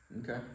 Okay